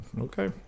okay